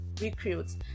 recruits